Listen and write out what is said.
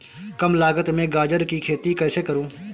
कम लागत में गाजर की खेती कैसे करूँ?